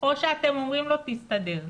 או שאתם אומרים לו 'תסתדר'?